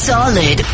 Solid